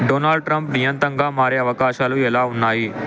Donald Trump బియంతంగా మారే అవకాశాలు ఎలా ఉన్నాయి